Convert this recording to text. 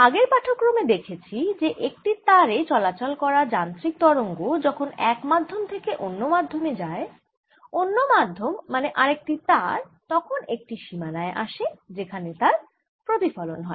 আগের পাঠক্রমে আমরা দেখেছি যে একটি তারে চলাচল করা যান্ত্রিক তরঙ্গ যখন এক মাধ্যম থেকে অন্য মাধ্যমে যায় অন্য মাধ্যম মানে আরেকটি তার তখন একটি সীমানায় আসে সেখানে তার প্রতিফলন হয়